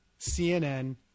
cnn